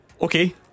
Okay